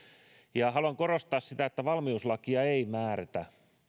haluan korostaa sitä että valmiuslakia ei määrätä